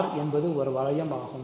R என்பது ஒரு வளையம் ஆகும்